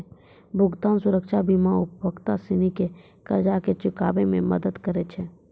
भुगतान सुरक्षा बीमा उपभोक्ता सिनी के कर्जा के चुकाबै मे मदद करै छै